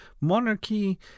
monarchy